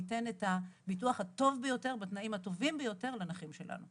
ניתן את הביטוח הטיוב ביותר ובתנאים הטובים ביותר לנכים שלנו.